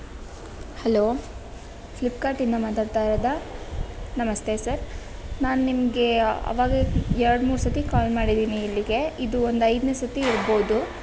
hello ಫ್ಲಿಪ್ಕಾರ್ಟಿಂದ ಮಾತಾಡ್ತಾ ಇರೋದಾ ನಮಸ್ತೆ ಸರ್ ನಾನು ನಿಮಗೆ ಆವಾಗಲೇ ಎರಡು ಮೂರು ಸತಿ ಕಾಲ್ ಮಾಡಿದ್ದೀನಿ ಇಲ್ಲಿಗೆ ಇದು ಒಂದು ಐದನೇ ಸತಿ ಇರ್ಬೋದು